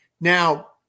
Now